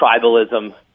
tribalism